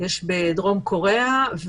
יש בדרום קוריאה,